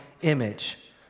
image